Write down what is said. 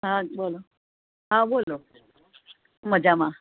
હા બોલો હા બોલો મજામાં